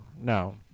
no